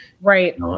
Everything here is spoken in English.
Right